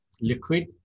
liquid